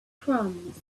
proms